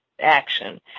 action